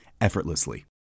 effortlessly